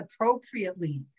appropriately